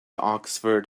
oxford